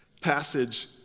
passage